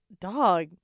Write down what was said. Dog